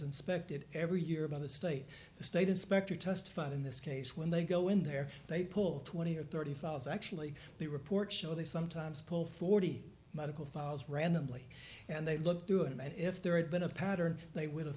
inspected every year by the state the state inspector testified in this case when they go in there they pull twenty or thirty thousand actually they report show they sometimes pull forty medical files randomly and they look through and if there had been a pattern they w